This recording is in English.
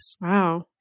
Wow